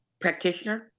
practitioner